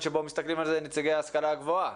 שבו מסתכלים על זה נציגי ההשכלה הגבוהה.